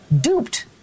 duped